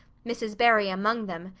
mrs. barry among them,